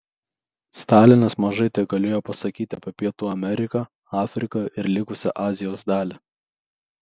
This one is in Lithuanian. stalinas mažai tegalėjo pasakyti apie pietų ameriką afriką ir likusią azijos dalį